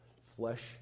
Flesh